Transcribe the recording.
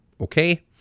Okay